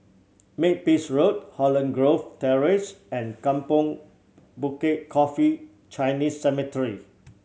Makepeace Road Holland Grove Terrace and Kampong Bukit Coffee Chinese Cemetery